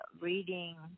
reading